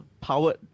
powered